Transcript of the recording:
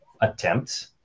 attempts